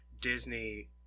Disney